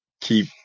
keep